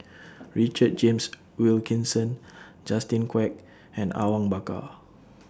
Richard James Wilkinson Justin Quek and Awang Bakar